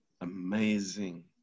amazing